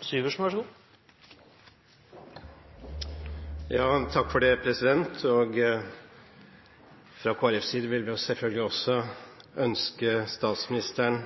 side vil vi selvfølgelig også ønske statsministeren